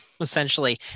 essentially